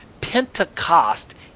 Pentecost